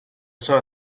sono